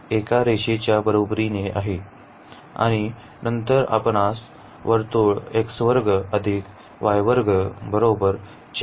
तर हे y एका रेषेच्या बरोबरीने आहे आणि नंतर येथे आपल्यास वर्तुळ आहे